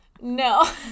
No